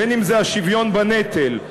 בין שזה השוויון בנטל,